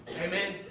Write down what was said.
Amen